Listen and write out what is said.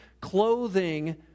clothing